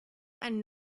and